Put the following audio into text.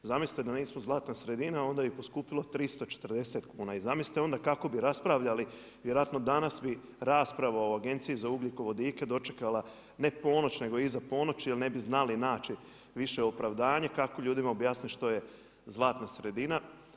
Zamislite da nismo zlatna sredina onda bi poskupilo 340 kuna i zamislite onda kako bi raspravljali, vjerojatno danas bi rasprava o Agenciji za ugljikovodike dočekala ne ponoć, nego iza ponoći, jer ne bi znali naći više opravdanje kako ljudima objasniti što je zlatna sredina.